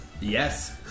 Yes